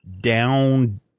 down